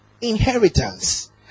Inheritance